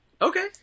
Okay